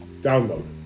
download